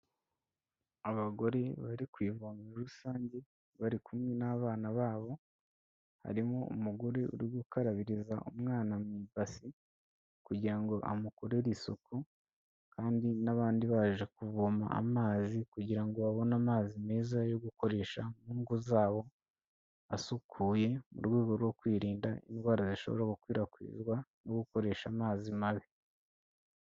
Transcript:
Abagore bari ku ivomero rusange bari kumwe n'abana babo, harimo umugore uri gukarabiriza umwana mu ibasi kugira ngo amukorere isuku; kandi n'abandi baje kuvoma amazi kugira ngo babone amazi meza yo gukoresha mu ngo zabo asukuye, mu rwego rwo kwirinda indwara zishobora gukwirakwizwa no gukoresha amazi mabi.